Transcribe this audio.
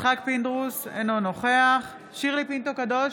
יצחק פינדרוס, אינו נוכח שירלי פינטו קדוש,